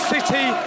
City